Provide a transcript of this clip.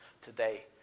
today